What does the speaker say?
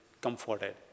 comforted